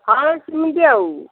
ହଁ ସେମିତି ଆଉ